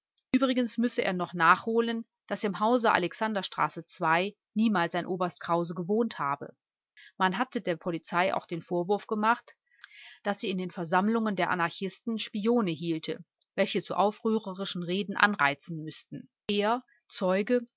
übrigens müsse er noch nachholen daß im hause alexander niemals ein oberst krause gewohnt habe man hatte der polizei auch den vorwurf gemacht daß sie in den versammlungen der anarchisten spione hielte welche zu aufrührerischen reden anreizen müßten er